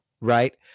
right